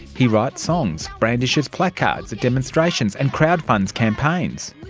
he writes songs, brandishes placards at demonstrations and crowd-funds campaigns.